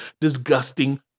disgusting